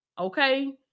Okay